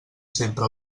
sempre